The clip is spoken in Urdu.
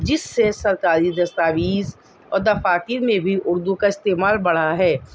جس سے سرکاری دستاویز اور دفاتر میں بھی اردو کا استعمال بڑھا ہے